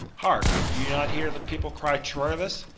hark! do you not hear the people cry troilus?